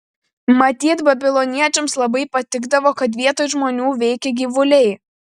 matyt babiloniečiams labai patikdavo kad vietoj žmonių veikia gyvuliai